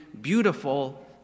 beautiful